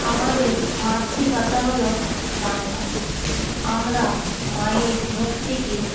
আমাদের মাতৃভাষা হলো বাংলা আমরা মায়ের মুখ থেকে